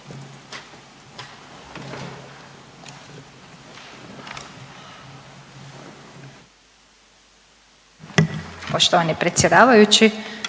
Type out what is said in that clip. Poštovani predsjedavajući,